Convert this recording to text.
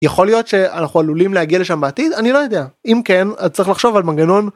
יכול להיות שאנחנו עלולים להגיע לשם בעתיד אני לא יודע אם כן אז צריך לחשוב על מנגנון.